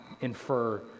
infer